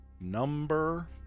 Number